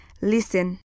listen